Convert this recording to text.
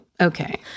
okay